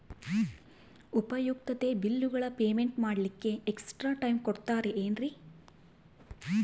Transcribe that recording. ಉಪಯುಕ್ತತೆ ಬಿಲ್ಲುಗಳ ಪೇಮೆಂಟ್ ಮಾಡ್ಲಿಕ್ಕೆ ಎಕ್ಸ್ಟ್ರಾ ಟೈಮ್ ಕೊಡ್ತೇರಾ ಏನ್ರಿ?